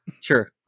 sure